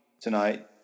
tonight